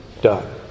done